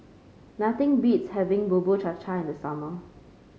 nothing beats having Bubur Cha Cha in the summer